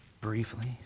briefly